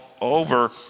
over